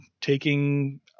taking –